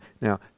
Now